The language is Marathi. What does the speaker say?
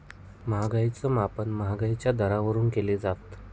महागाईच मापन महागाई दरावरून केलं जातं